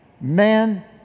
man